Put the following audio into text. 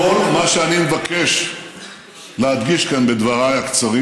כל מה שאני מבקש להדגיש כאן בדבריי הקצרים